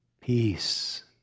peace